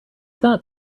that